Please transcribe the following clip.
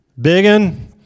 Biggin